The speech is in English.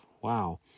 Wow